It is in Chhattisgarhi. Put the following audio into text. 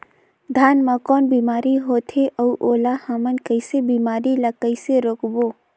धान मा कौन बीमारी होथे अउ ओला हमन कइसे बीमारी ला कइसे रोकबो?